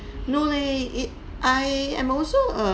no leh it I am also